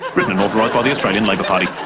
written and authorised by the australian labor party.